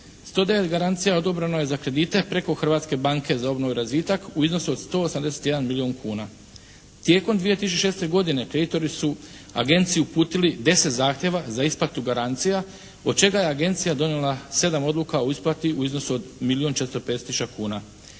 109 garancija odobreno je za kredite preko Hrvatske banke za obnovu i razvitak u iznosu od 181 milijun kuna. Tijekom 2006. godine kreditori su agenciju uputili 10 zahtjeva za isplatu garancija od čega je agencija donijela 7 odluka o isplati u iznosu od milijun 450 tisuća kuna.